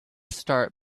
start